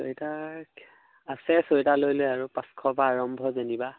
sweater আছে sweater লৈ লৈ আৰু পাঁচশ পৰা আৰম্ভ যেনিবা